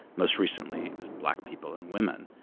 most recently it was black people and women.